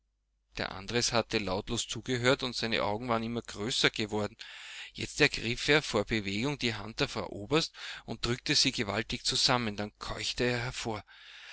der andres hatte lautlos zugehört und seine augen waren immer größer geworden jetzt ergriff er vor bewegung die hand der frau oberst und drückte sie gewaltig zusammen dann keuchte er hervor